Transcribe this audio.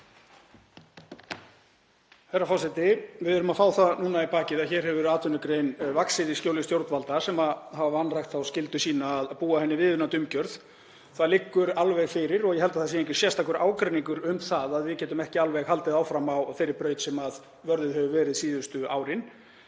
Herra forseti. Við erum að fá það núna í bakið að hér hefur atvinnugrein vaxið í skjóli stjórnvalda sem hafa vanrækt þá skyldu sína að búa henni viðunandi umgjörð. Það liggur alveg fyrir og ég held að það sé enginn sérstakur ágreiningur um að við getum ekki alveg haldið áfram á þeirri braut sem vörðuð hefur verið síðustu árin.